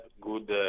good